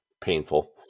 painful